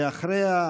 ואחריה,